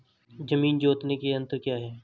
जमीन जोतने के यंत्र क्या क्या हैं?